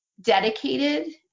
dedicated